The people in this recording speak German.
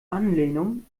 anlehnung